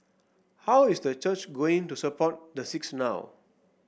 how is the church going to support the six now